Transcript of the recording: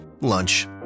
lunch